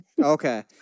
Okay